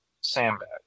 sandbag